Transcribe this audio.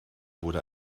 wurde